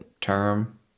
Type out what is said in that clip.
term